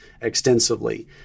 extensively